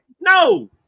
no